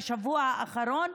בשבוע האחרון,